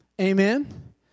amen